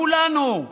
כולנו,